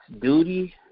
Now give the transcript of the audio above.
duty